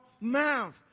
mouth